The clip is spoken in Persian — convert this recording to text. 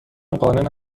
قانع